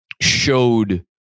showed